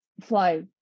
fly